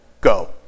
Go